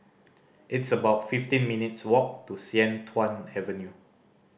it's about fifteen minutes' walk to Sian Tuan Avenue